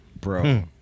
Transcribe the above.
bro